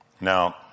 Now